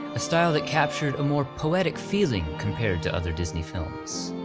a style that captured a more poetic feeling compared to other disney films.